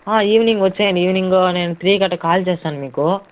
evening వచ్చేయండి evening నేను three కట్టా కాల్ చేస్తాను మీకు